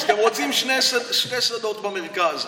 אז אתם רוצים שני שדות במרכז.